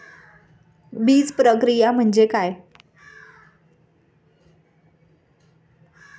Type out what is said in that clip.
बीजप्रक्रिया म्हणजे काय?